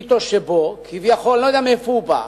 מיתוס שבו כביכול, אני לא יודע מאיפה הוא בא,